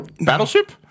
Battleship